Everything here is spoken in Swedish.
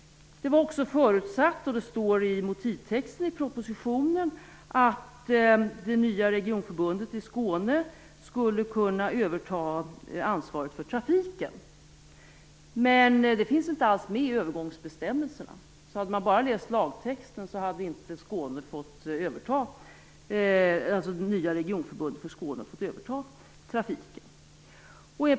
Det var också förutsagt, och det står i motivtexten i propositionen, att det nya regionförbundet i Skåne skulle kunna överta ansvaret för trafiken. Detta finns inte alls med i övergångsbestämmelserna. Hade man bara läst lagtexten hade det nya regionförbundet för Skåne inte fått överta ansvaret för trafiken.